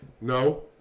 No